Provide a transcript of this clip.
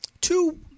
Two